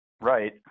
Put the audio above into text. right